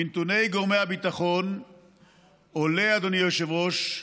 מנתוני גורמי הביטחון עולה, אדוני היושב-ראש,